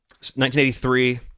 1983